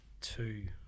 two